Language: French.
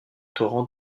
torrent